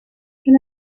can